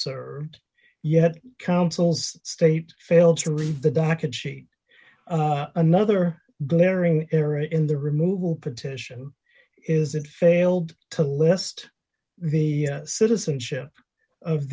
served yet councils state failed to remove the docket sheet another glaring error in the removal petition is it failed to list the citizenship of